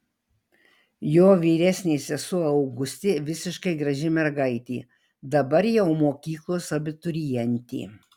jo vyresnė sesuo augustė visiškai graži mergaitė dabar jau mokyklos abiturientė